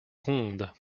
ronde